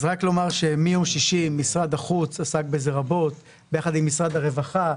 אז רק לומר שמיום שישי משרד החוץ עסק בזה רבות ביחד עם משרד הרווחה,